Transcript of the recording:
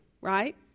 right